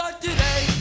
today